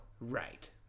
Right